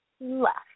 left